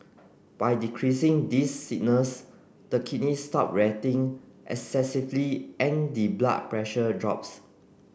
by decreasing these signals the kidneys stop reacting excessively and the blood pressure drops